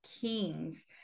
kings